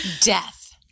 death